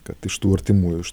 kad iš tų artimųjų iš